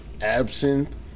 absinthe